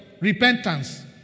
repentance